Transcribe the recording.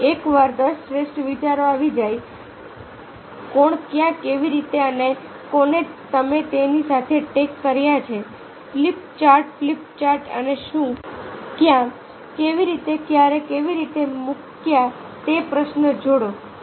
અને એકવાર દસ શ્રેષ્ઠ વિચારો આવી જાય કોણ ક્યાં કેવી રીતે અને કોને તમે તેની સાથે ટેગ કર્યા છે ફ્લિપ ચાર્ટ ફ્લિપ ચાર્ટ અને શું ક્યાં કેવી રીતે ક્યારે કેવી રીતે મૂક્યા તે પ્રશ્નો જોડો